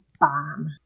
bomb